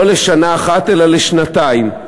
לא לשנה אחת אלא לשנתיים.